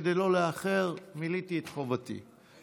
כדי לא לאחר מילאתי את חובתי,